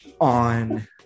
On